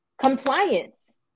compliance